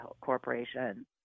corporation